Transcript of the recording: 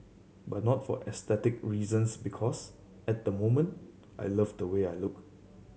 but not for aesthetic reasons because at the moment I love the way I look